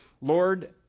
Lord